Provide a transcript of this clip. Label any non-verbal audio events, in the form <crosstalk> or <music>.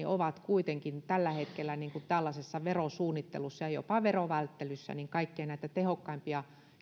<unintelligible> ovat kuitenkin tällä hetkellä tällaisessa verosuunnittelussa ja ja jopa verovälttelyssä niitä kaikkein tehokkaimpia